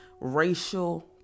racial